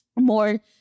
more